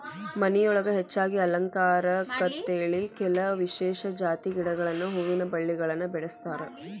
ಮನಿಯೊಳಗ ಹೆಚ್ಚಾಗಿ ಅಲಂಕಾರಕ್ಕಂತೇಳಿ ಕೆಲವ ವಿಶೇಷ ಜಾತಿ ಗಿಡಗಳನ್ನ ಹೂವಿನ ಬಳ್ಳಿಗಳನ್ನ ಬೆಳಸ್ತಾರ